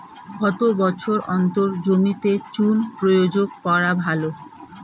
কত বছর অন্তর জমিতে চুন প্রয়োগ করা ভালো?